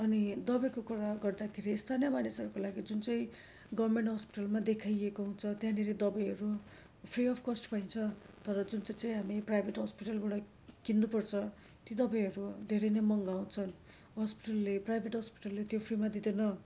अनि दबाईको कुरा गर्दाखेरि स्थानीय मानिसहरूको लागि जुन चाहिँ गर्मेन्ट हस्पिटलमा देखाइएको हुन्छ त्यहाँनिर दबाईहरू फ्री अफ् कस्ट पाइन्छ तर जुन चाहिँ चाहिँ हामी प्राइभेट हस्पिटलबाट किन्नुपर्छ ती दबाईहरू धेरै नै महँगा हुन्छन् हस्पिटलले प्राइभेट हस्पिटलले त्यो फ्रीमा दिँदैन